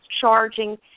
charging